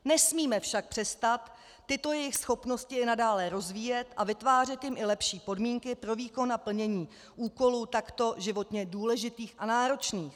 Nesmíme však přestat tyto jejich schopnosti i nadále rozvíjet a vytvářet jimi lepší podmínky pro výkon a plnění úkolů takto životně důležitých a náročných.